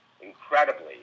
incredibly